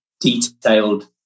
detailed